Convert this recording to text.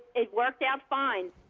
it worked out fine.